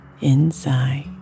inside